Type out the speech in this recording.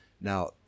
now